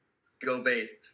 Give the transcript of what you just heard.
skill-based